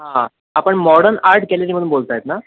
हां आपण modern art कॅलरीमधून बोलत आहेत ना